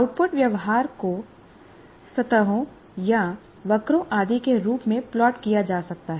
output व्यवहार को सतहों या वक्रों आदि के रूप में प्लॉट किया जा सकता है